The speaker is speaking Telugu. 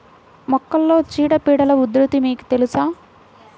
మొక్కలలో చీడపీడల ఉధృతి మీకు తెలుసా?